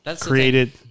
created